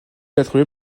attribué